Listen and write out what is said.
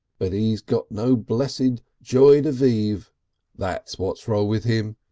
but he's got no blessed joy de vive that's what's wrong with him.